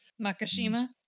Makashima